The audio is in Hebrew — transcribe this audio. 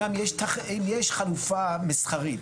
אם יש חלופה מסחרית,